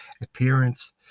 appearance